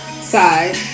side